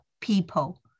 people